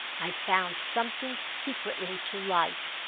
i found something secretly to like.